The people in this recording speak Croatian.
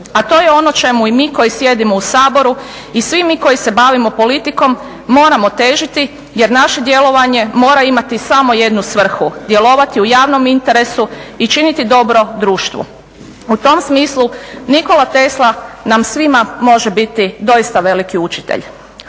a to je ono čemu i mi koji sjedimo u Saboru i svi mi koji se bavimo politikom moramo težiti jer naše djelovanje mora imati samo jednu svrhu: djelovati u javnom interesu i činiti dobro društvu. U tom smislu Nikola Tesla nam svima može biti doista veliki učitelj.